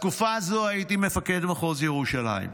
בתקופה הזו הייתי מפקד מחוז ירושלים.